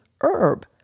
herb